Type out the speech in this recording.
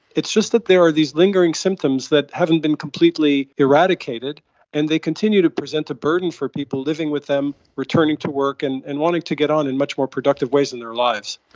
it's just that there are these lingering symptoms that haven't been completely eradicated and they continue to present a burden for people living with them, returning to work and and wanting to get on in much more productive ways in their lives.